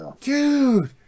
Dude